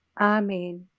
Amen